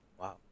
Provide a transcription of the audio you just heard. Wow